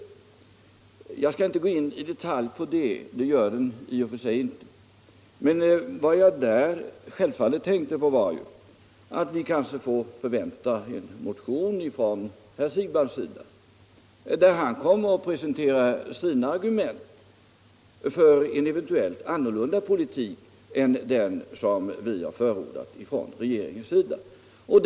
Utan att i detalj gå in på detta vill jag säga att det påståendet inte är riktigt. Vad jag tänkte mig var att vi kanske kan förvänta en motion från herr Siegbahn, där han presenterar sina argument för en eventuellt annorlunda utformad politik än den som vi från regeringen har förordat.